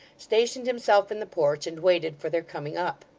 stationed himself in the porch, and waited for their coming up.